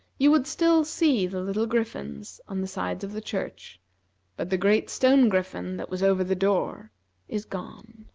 you would still see the little griffins on the sides of the church but the great stone griffin that was over the door is gone.